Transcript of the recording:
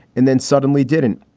and then suddenly didn't.